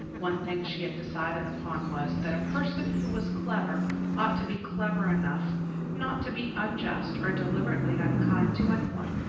one thing she had decided upon was, that a person who was clever ought to be clever enough not to be unjust or deliberately unkind to any one.